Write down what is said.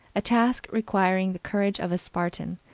a task requiring the courage of a spartan,